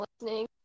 listening